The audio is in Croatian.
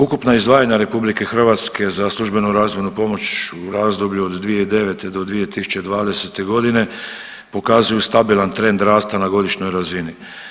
Ukupna izdvajanja RH za službenu razvojnu pomoć u razdoblju od 2009. do 2020. godine pokazuju stabilan trend rasta na godišnjoj razini.